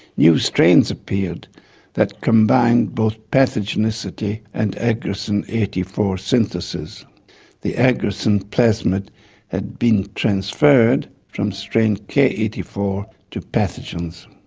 new strains appeared that combined both pathogenicity and agrocin eighty four synthesis the agrocin plasmid had been transferred from strain k eight four to pathogens.